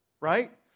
Right